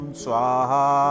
swaha